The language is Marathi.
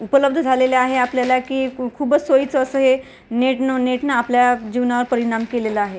उपलब्ध झालेलं आहे आपल्याला की खू खूपच सोयीचं असं हे नेटनं नेटनं आपल्या जीवनावर परिणाम केलेला आहे